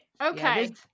Okay